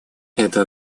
это